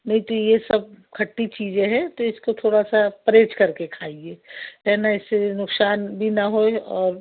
नहीं तो यह सब खट्टी चीज़ें हैं तो इसको थोड़ा सा परहेज़ करके खाइए है ना इससे भी कोई नुक़सान भी ना हो और